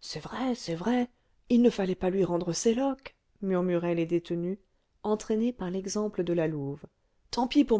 c'est vrai c'est vrai il ne fallait pas lui rendre ses loques murmuraient les détenues entraînées par l'exemple de la louve tant pis pour